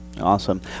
Awesome